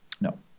No